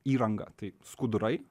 įranga tai skudurai